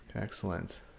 Excellent